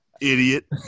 Idiot